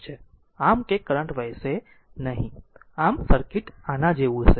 આમ કે કોઈ કરંટ વહેશે નહીં આમ સર્કિટ આના જેવું હશે